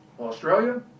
Australia